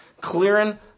Clearing